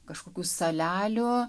kažkokių salelių